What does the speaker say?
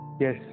Yes